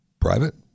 private